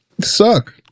Suck